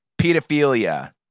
pedophilia